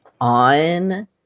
on